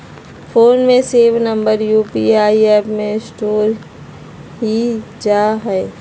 phone में save number UPI app में store हो जा हई